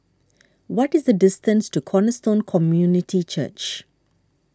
what is the distance to Cornerstone Community Church